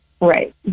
Right